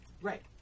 Right